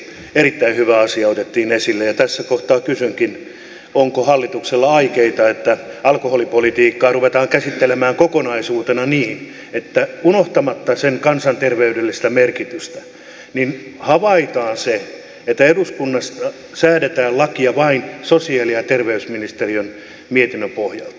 erittäin hyvä asia otettiin esille ja tässä kohtaa kysynkin onko hallituksella aikeita että alkoholipolitiikkaa ruvetaan käsittelemään kokonaisuutena niin että unohtamatta sen kansanterveydellistä merkitystä havaitaan se että eduskunnassa säädetään lakia vain sosiaali ja terveysministeriön mietinnön pohjalta